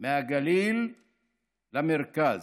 מהגליל למרכז: